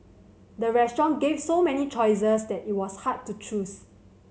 the restaurant gave so many choices that it was hard to choose